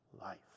life